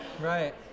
right